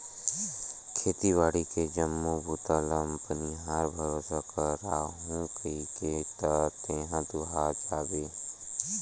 खेती बाड़ी के जम्मो बूता ल बनिहार भरोसा कराहूँ कहिके त तेहा दूहा जाबे